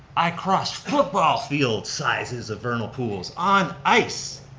i cross football field sizes of vernal pools on ice.